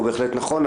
הוא בהחלט נכון,